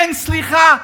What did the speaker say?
אין סליחה.